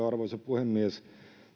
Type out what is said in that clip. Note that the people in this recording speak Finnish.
arvoisa puhemies